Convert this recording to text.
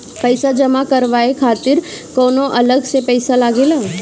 पईसा जमा करवाये खातिर कौनो अलग से पईसा लगेला?